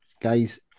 guys